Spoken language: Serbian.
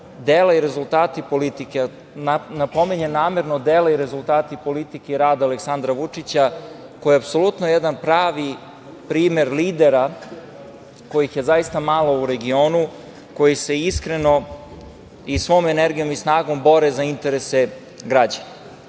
dela i rezultati politike. Napominjem namerno dela i rezultati politike i rada Aleksandra Vučića, koji je apsolutno jedan pravi primer lidera kojih je zaista malo u regionu, koji se iskreno i svom energijom i snagom bore za interese građana. Čuli